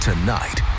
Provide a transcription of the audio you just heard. Tonight